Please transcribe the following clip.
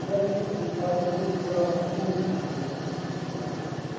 کیٛازِ اتھ مَنٛز گَژھِ تھوڑا آسُن کۅنٛگ تہِ گَژھٮ۪س آسُن کیٚنٛہہ رَلٲوِتھ